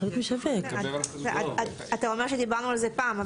אתה אומר שדיברנו על זה פעם,